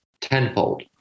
tenfold